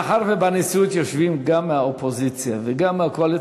מאחר שבנשיאות יושבים גם מהאופוזיציה וגם מהקואליציה,